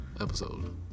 episode